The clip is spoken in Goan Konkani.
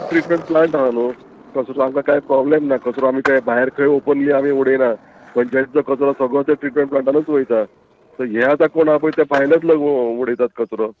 ट्रिटमेंट प्लांट आहा न्हू कचरो आमकां कांय प्रोब्लेम ना कचरो आमी कांय भायर खंय ऑपनली आमी उडयना पंचायतीचो कचरो सगळो ते ट्रिटमेंट प्लांटानूच वयता सो हे आतां कोण आहा पय ते भायल्याच उडयतात कचरो